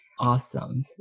Awesome